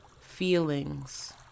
feelings